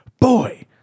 boy